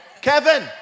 Kevin